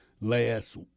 last